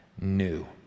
new